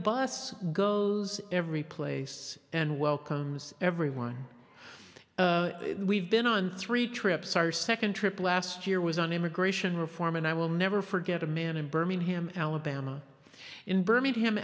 bus goes everyplace and welcomes everyone we've been on three trips our second trip last year was on immigration reform and i will never forget a man in birmingham alabama in birmingham